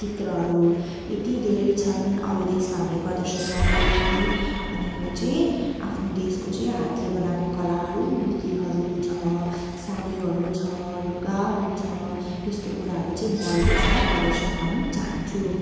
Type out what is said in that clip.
चित्रहरू यति धेरै छन् अरू देशमा हामीले प्रदर्शन गर्नुको लागि अनि म चाहिँ आफ्नो देशको चाहिँ हातले बनाएको कलाहरू मूर्तिहरू छ सारीहरू छ लुगाहरू छ यस्तो कुराहरू चाहिँ म अरू देशमा प्रदर्शन गर्न चाहन्छु